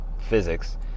physics